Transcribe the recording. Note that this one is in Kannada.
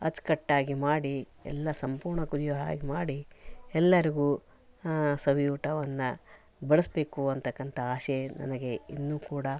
ಅಚ್ಚುಕಟ್ಟಾಗಿ ಮಾಡಿ ಎಲ್ಲ ಸಂಪೂರ್ಣ ಕುದಿಯೋ ಹಾಗೆ ಮಾಡಿ ಎಲ್ಲರಿಗೂ ಸವಿ ಊಟವನ್ನು ಬಡಿಸ್ಬೇಕು ಅಂತಕ್ಕಂಥ ಆಶಯ ನನಗೆ ಇನ್ನೂ ಕೂಡ